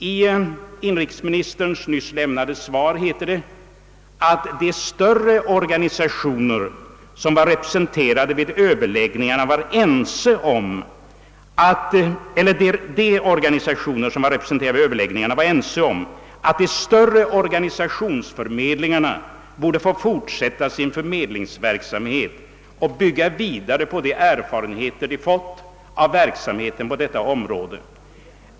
I inrikesminister Johanssons nyss lämnade svar heter det att »de organisationer som var representerade vid överläggningarna var ense om att de större organisationsförmedlingarna borde få fortsätta sin förmedlingsverksamhet och bygga vidare på de erfarenheter de fått av verksamheten på detta område.